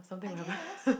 I guess